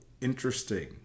interesting